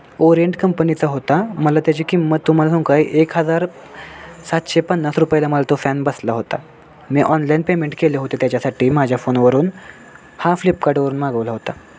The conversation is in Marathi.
ओरीएंट कंपनीचा होता मला त्याची किंमत तुम्हाला सांगू का एक हजार सातशे पन्नास रुपयाला मला तो फॅन बसला होता मी ऑनलाईन पेमेंट केले होते त्याच्यासाठी माझ्या फोनवरून हा फ्लिपकार्टवरून मागवला होता